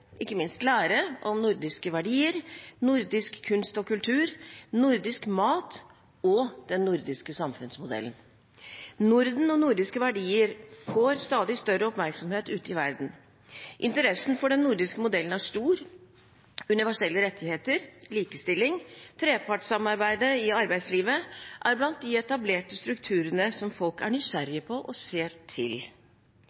ikke minst lære om nordiske verdier, nordisk kunst og kultur, nordisk mat og den nordiske samfunnsmodellen. Norden og nordiske verdier får stadig større oppmerksomhet ute i verden. Interessen for den nordiske modellen er stor. Universelle rettigheter, likestilling og trepartssamarbeidet i arbeidslivet er blant de etablerte strukturene som folk er nysgjerrige på og ser til.